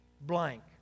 blank